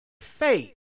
faith